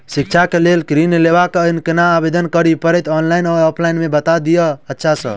शिक्षा केँ लेल लऽ ऋण लेबाक अई केना आवेदन करै पड़तै ऑनलाइन मे या ऑफलाइन मे बता दिय अच्छा सऽ?